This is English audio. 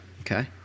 Okay